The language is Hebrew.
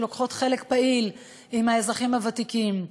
שלוקחות חלק פעיל עם האזרחים הוותיקים,